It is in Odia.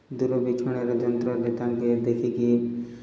ଦୂରବୀକ୍ଷଣର ଯନ୍ତ୍ରରେ ତାଙ୍କେ ଦେଖିକି